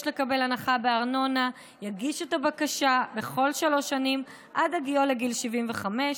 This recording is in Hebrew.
לקבל הנחה בארנונה יגיש את הבקשה בכל שלוש שנים עד הגיעו לגיל 75,